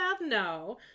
No